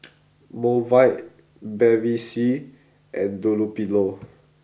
Mobike Bevy C and Dunlopillo